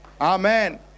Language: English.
amen